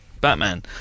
Batman